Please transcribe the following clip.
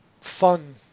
fun